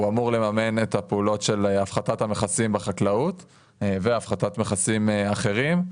הוא אמור לממן את הפעולות של הפחתת המכסים בחקלאות והפחתת מכסים אחרים,